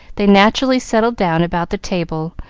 they naturally settled down about the table,